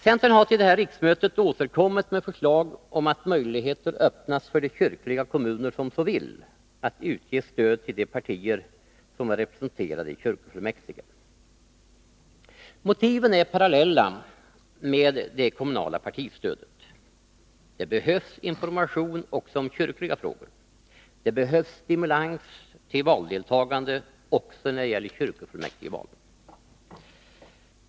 Centern har till detta riksmöte återkommit med förslag om att möjligheter öppnas för de kyrkliga kommuner som så vill att utge stöd till de partier som är representerade i kyrkofullmäktige. Motiven är parallella med motiven för det kommunala partistödet. Det behövs information också om kyrkliga frågor. Det behövs stimulans till valdeltagande också när det gäller kyrkofullmäktigevalen.